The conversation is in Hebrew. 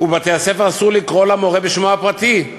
ושבבתי-הספר אסור לקרוא למורה בשמו הפרטי,